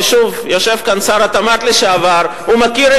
למכור את